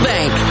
Bank